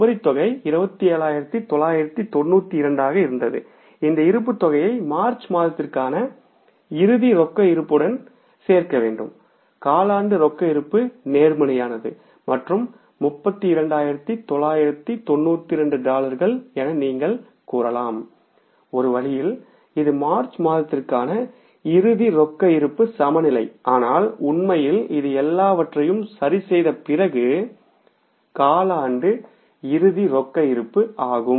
உபரி தொகை 27992 ஆக இருந்தது இந்த இருப்பு தொகையைச் மார்ச் மாதத்திற்கான இறுதி ரொக்க இருப்புடன் சேர்க்கவேண்டும்காலாண்டு ரொக்க இருப்பு நேர்மறையானது மற்றும் 32992 டாலர்கள் என நீங்கள் கூறலாம் ஒரு வழியில் இது மார்ச் மாதத்திற்கான இறுதி ரொக்க இருப்பு சமநிலை ஆனால் உண்மையில் இது எல்லாவற்றையும் சரிசெய்த பிறகு காலாண்டு இறுதி ரொக்க இருப்பு ஆகும்